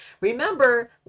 remember